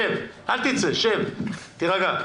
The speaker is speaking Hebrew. אל תצא, שב ותירגע.